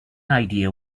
idea